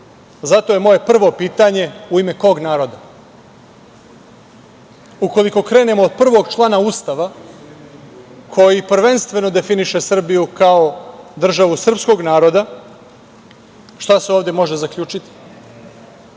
Zato je moje prvo pitanje - u ime kog naroda? Ukoliko krenemo od prvog člana Ustava, koji prvenstveno definiše Srbiju kao državu srpskog naroda, šta se ovde može zaključiti?